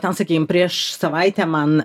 ten sakykim prieš savaitę man